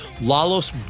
Lalo's